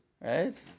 Right